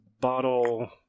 bottle